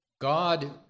God